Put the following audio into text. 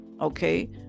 okay